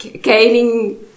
gaining